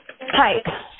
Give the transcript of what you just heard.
Hi